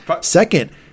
Second